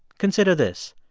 consider this.